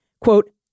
quote